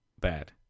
Bad